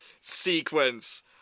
sequence